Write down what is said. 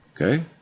Okay